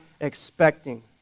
expecting